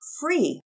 free